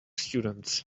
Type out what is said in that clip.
students